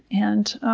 and